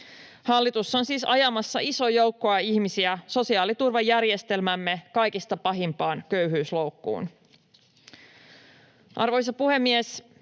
Hallitus on siis ajamassa isoa joukkoa ihmisiä sosiaaliturvajärjestelmämme kaikista pahimpaan köyhyysloukkuun. Arvoisa puhemies!